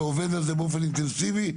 ועובד על זה באופן אינטנסיבי?